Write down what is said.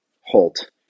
halt